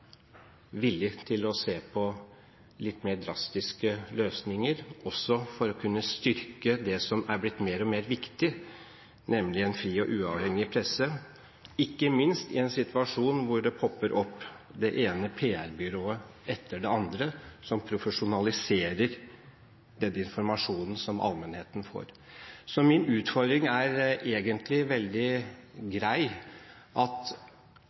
til å se på litt mer drastiske løsninger også for å kunne styrke det som er blitt mer og mer viktig, nemlig en fri og uavhengig presse, ikke minst i en situasjon hvor det popper opp det ene PR-byrået etter det andre som profesjonaliserer den informasjonen som allmennheten får. Så min utfordring er egentlig veldig grei, at